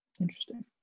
Interesting